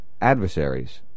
adversaries